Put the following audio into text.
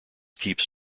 keeps